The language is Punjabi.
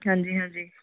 ਹਾਂਜੀ ਹਾਂਜੀ